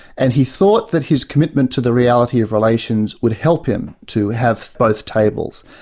and he thought that his commitment to the reality of relations would help him to have both tables.